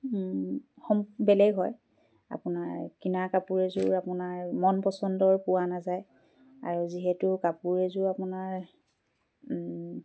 সম বেলেগ হয় আপোনাৰ কিনা কাপোৰ এযোৰ আপোনাৰ মন পচন্দৰ পোৱা নাযায় আৰু যিহেতু কাপোৰ এযোৰ আপোনাৰ